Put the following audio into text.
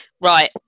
Right